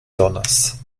donas